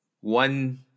one